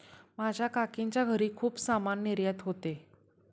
माझ्या काकीच्या घरी खूप सामान निर्यात होते